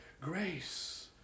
grace